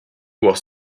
was